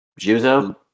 Juzo